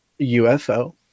UFO